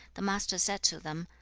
the master said to them,